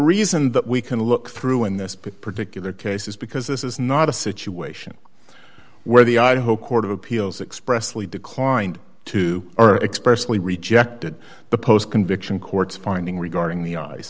reason that we can look through in this particular case is because this is not a situation where the idaho court of appeals expressly declined to or expressively rejected the post conviction court's finding regarding the eyes